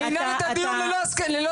אני אנעל את הסיון ללא הסיכומים,